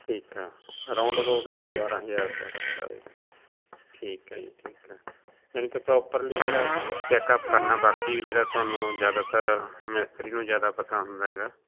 ਠੀਕ ਆ round about ਦਸ ਬਾਰ੍ਹਾਂ ਹਜ਼ਾਰ ਰੁਪਇਆ ਖਰਚਾ ਆ ਜਾਵੇਗਾ ਠੀਕ ਹੈ ਜੀ ਠੀਕ ਹੈ ਜਾਣੀ ਕਿ ਪਰੋਪਰਲੀ ਜਿਹੜਾ ਚੈੱਕਅਪ ਕਰਨਾ ਬਾਕੀ ਵੀ ਜਿਹੜਾ ਤੁਹਾਨੂੰ ਜ਼ਿਆਦਾਤਰ ਮਿਸਤਰੀ ਨੂੰ ਜ਼ਿਆਦਾ ਪਤਾ ਹੁੰਦਾ ਹੈਗਾ